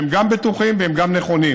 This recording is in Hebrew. שהם גם בטוחים והם גם נכונים.